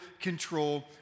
control